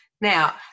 Now